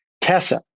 Tessa